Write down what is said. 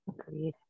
Agreed